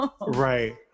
right